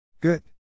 Good